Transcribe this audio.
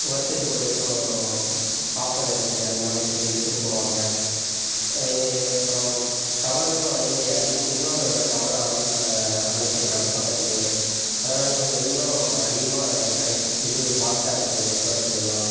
வருஷத்துக்கு ஒரு item offer இருக்குது அந்த மாதிரி சொல்லி விற்றுட்டு போவாங்க அதே மாதிரி அப்புறம் டவரும் அதே மாதிரி அதிக இன்னொரு டவரும் அமைச்சிருக்காங்க பக்கத்திலயே அதனாலேயே கொஞ்சம் இன்னும் அதிகமாக கனெக்ட் இது ஃபாஸ்ட்டாக இருக்குது நெட்ஒர்க் எல்லாம்